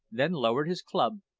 then lowered his club,